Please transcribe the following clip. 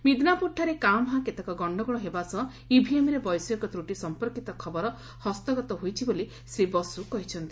ମିଦ୍ନାପୁରଠାରେ କାଁ ଭାଁ କେତେକ ଗଣ୍ଡଗୋଳ ହେବା ସହ ଇଭିଏମ୍ରେ ବୈଷୟିକ ତ୍ରୁଟି ସମ୍ପର୍କିତ ଖବର ହସ୍ତଗତ ହୋଇଛି ବୋଲି ଶ୍ରୀ ବସ୍ତ୍ର କହିଚ୍ଛନ୍ତି